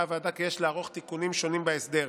הוועדה כי יש לערוך תיקונים שונים בהסדר.